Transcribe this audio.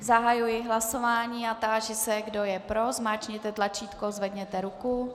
Zahajuji hlasování a táži se, kdo je pro, zmáčkněte tlačítko, zvedněte ruku.